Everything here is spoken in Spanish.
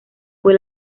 fue